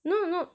no no